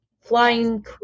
flying